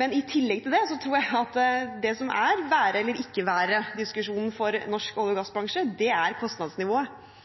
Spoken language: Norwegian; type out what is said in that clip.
men i tillegg til det tror jeg at det som er en være-eller-ikke-være-diskusjon for norsk olje- og gassbransje, er kostnadsnivået.